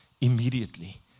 immediately